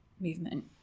movement